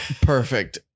Perfect